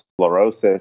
sclerosis